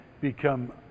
become